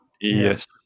Yes